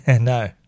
No